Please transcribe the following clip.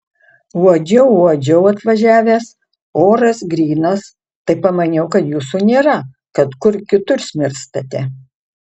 uodžiau uodžiau atvažiavęs oras grynas tai pamaniau kad jūsų nėra kad kur kitur smirstate